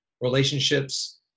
relationships